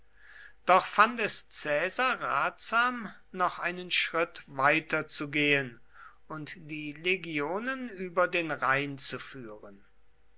doch fand es caesar ratsam noch einen schritt weiter zu gehen und die legionen über den rhein zu führen